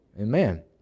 Amen